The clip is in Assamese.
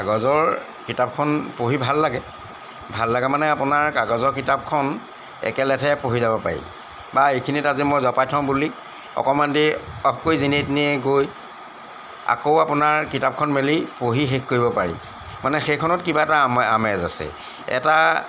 কাগজৰ কিতাপখন পঢ়ি ভাল লাগে ভাল লাগে মানে আপোনাৰ কাগজৰ কিতাপখন একেলেথাৰিয়ে পঢ়ি যাব পাৰি বা এইখিনিত আজি মই জপাই থওঁ বুলি অকণমান দেৰি অফ কৰি যেনিয়ে তেনিয়ে গৈ আকৌ আপোনাৰ কিতাপখন মেলি পঢ়ি শেষ কৰিব পাৰি মানে সেইখনত কিবা এটা আমেজ আছে এটা